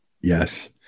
Yes